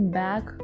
back